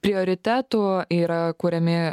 prioritetų yra kuriami